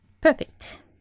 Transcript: Perfect